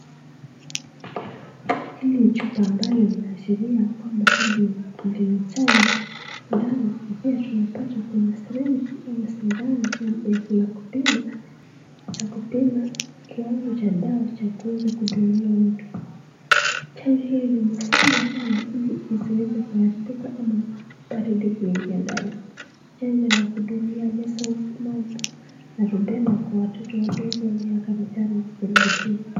Hili ni chupa ambalo linaashiria hili ndio chanjo ndani na pia tunapata kuna sirenji ama sindano ya kupima kiwango cha dawa cha kuweza kudungia mtu. Tena hii imefungwa sanaa ili isiweze kuharibika ama baridi kuingia ndani. Chanjo la kudungia Measles, Mumps na Rubella kwa watoto wadogo wenye miaka mitano na kurudi chini.